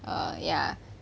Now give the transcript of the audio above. err ya